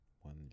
One